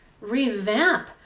revamp